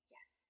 Yes